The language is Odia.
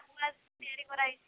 ତିଆରି କରାହେଇଛି